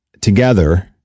together